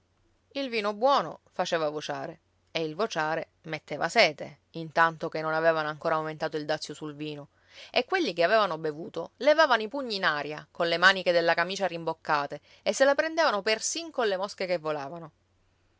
il vino buono faceva vociare e il vociare metteva sete intanto che non avevano ancora aumentato il dazio sul vino e quelli che avevano bevuto levavano i pugni in aria colle maniche della camicia rimboccate e se la prendevano persin colle mosche che volavano